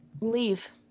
leave